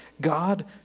God